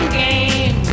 game